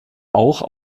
auch